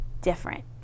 different